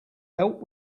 help